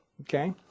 okay